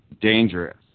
dangerous